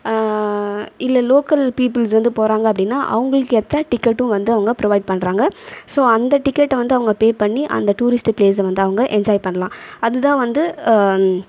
இல்லை local peoples வந்து போகிறாங்க அப்படினா அவங்களுக்கு ஏற்ற டிக்கெட்டும் வந்து அவங்க ப்ரொவைட் பண்ணுறாங்க ஸோ அந்த டிக்கெட் வந்து அவங்க பே பண்ணி அந்த டூரிஸ்ட் ப்ளேஸை வந்து அவங்க எஞ்ஜாய் பண்ணலாம் அது தான் வந்து